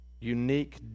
unique